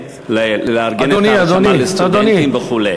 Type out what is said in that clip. לארגן את ההרשמה לסטודנטים וכו'.